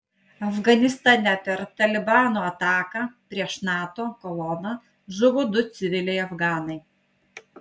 afganistane per talibano ataką prieš nato koloną žuvo du civiliai afganai